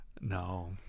No